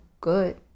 good